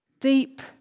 deep